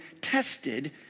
tested